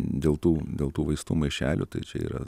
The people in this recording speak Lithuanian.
dėl tų dėl tų vaistų maišelių tai čia yra